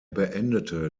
beendete